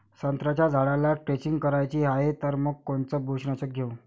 संत्र्याच्या झाडाला द्रेंचींग करायची हाये तर मग कोनच बुरशीनाशक घेऊ?